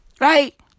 Right